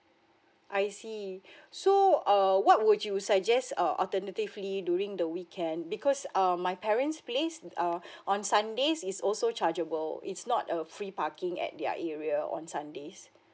I see so err what would you suggest uh alternatively during the weekend because um my parents' place uh on sundays is also chargeable it's not a free parking at their area on sundays